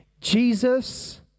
Jesus